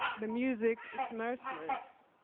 the music is merciless.